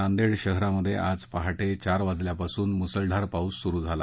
नांदेड शहरात आज पहाटे चार वाजल्यापासून मुसळधार पाऊस सुरू झाला